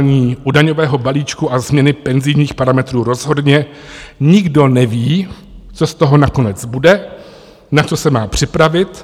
U daňového balíčku a změny penzijních parametrů rozhodně nikdo neví, co z toho nakonec bude, na co se má připravit.